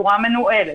בצורה מנוהלת,